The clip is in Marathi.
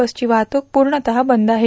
बसची वाहतूक पूर्णतः बंद आहे